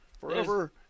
Forever